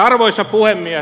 arvoisa puhemies